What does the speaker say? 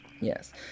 Yes